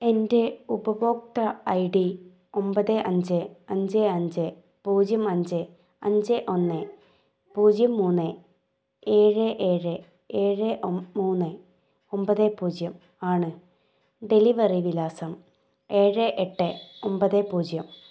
എൻ്റെ ഉപഭോക്തൃ I D ഒമ്പത് അഞ്ച് അഞ്ച് അഞ്ച് പൂജ്യം അഞ്ച് അഞ്ച് ഒന്ന് പൂജ്യം മൂന്ന് ഏഴ് ഏഴ് ഏഴ് മൂന്ന് ഒമ്പത് പൂജ്യം ആണ് ഡെലിവെറി വിലാസം ഏഴ് എട്ട് ഒമ്പത് പൂജ്യം